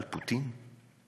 על פוטין?